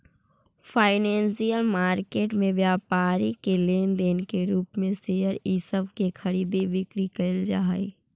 financial market में व्यापारी के लेन देन के रूप में शेयर इ सब के खरीद बिक्री कैइल जा हई